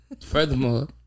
furthermore